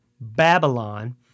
Babylon